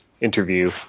interview